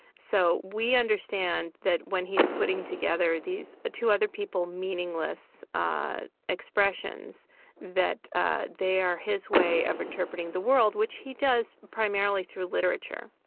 so we understand that when he's putting together these, to other people, meaningless ah expressions that ah they are his way of interpreting the world, which he does primarily through literature.